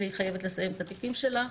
והיא חייבת לסיים את התיקים שלה.